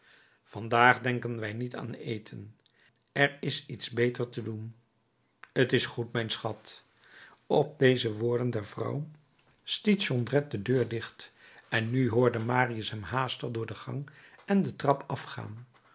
vandaag denken wij niet aan eten er is iets beter te doen t is goed mijn schat op deze woorden der vrouw stiet jondrette de deur dicht en nu hoorde marius hem haastig door de gang en de trap afgaan